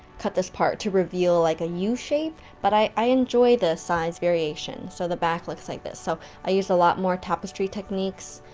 cut this part, to reveal like a yeah u-shape. but i i enjoy the size variation, so the back looks like this, so i used a lot more tapestry techniques,